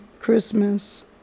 Christmas